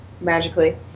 Magically